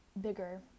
bigger